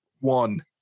one